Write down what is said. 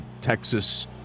texas